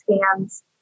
scans